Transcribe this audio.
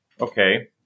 Okay